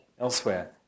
elsewhere